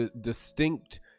distinct